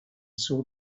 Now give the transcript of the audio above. saw